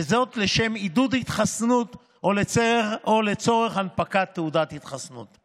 וזאת לשם עידוד התחסנות או לצורך הנפקת תעודת התחסנות.